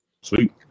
Sweet